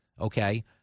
okay